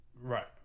Right